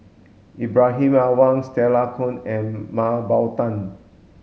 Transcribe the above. Ibrahim Awang Stella Kon and Mah Bow Tan